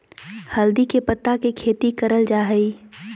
हल्दी के पत्ता के खेती करल जा हई